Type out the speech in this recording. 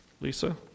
Lisa